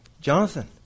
Jonathan